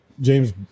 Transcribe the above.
James